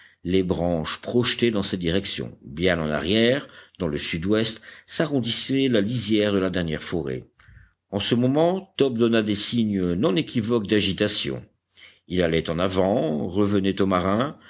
les branches projetées dans cette direction bien en arrière dans le sud-ouest s'arrondissait la lisière de la dernière forêt en ce moment top donna des signes non équivoques d'agitation il allait en avant revenait au marin